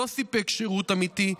שלא סיפק שירות אמיתי,